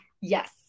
yes